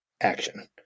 action